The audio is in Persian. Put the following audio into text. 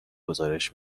گزارش